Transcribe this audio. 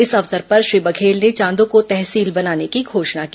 इस अवसर पर श्री बघेल ने चांदो को तहसील बनाने की घोषणा की